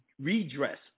redress